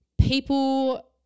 people